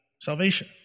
salvation